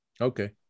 Okay